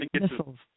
missiles